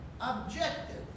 objective